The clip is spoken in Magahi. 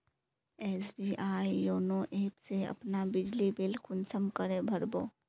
एस.बी.आई योनो ऐप से अपना बिजली बिल कुंसम करे भर बो?